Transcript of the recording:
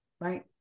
right